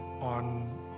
On